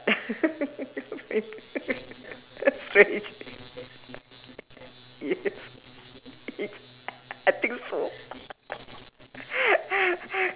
that's strange yes yes I think so